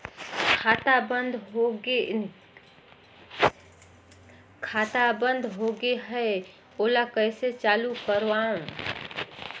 खाता बन्द होगे है ओला कइसे चालू करवाओ?